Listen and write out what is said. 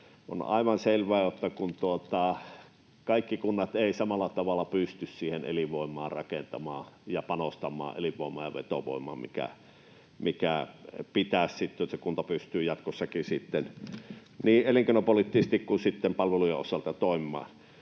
On aivan selvää, että kaikki kunnat eivät samalla tavalla pysty elinvoimaa rakentamaan, panostamaan elinvoimaan ja vetovoimaan, mitä pitäisi olla, jotta se kunta pystyy jatkossakin niin elinkeinopoliittisesti kuin sitten palvelujen osalta toimimaan.